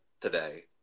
today